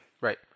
Right